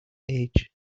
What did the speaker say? age